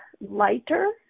lighter